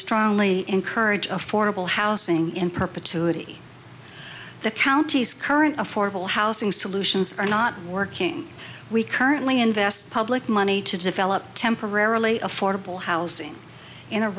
strongly encourage affordable housing in perpetuity the county's current affordable housing solutions are not working we currently invest public money to develop temporarily affordable housing in a